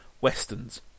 westerns